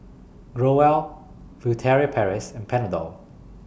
Growell Furtere Paris and Panadol